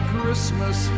Christmas